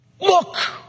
Look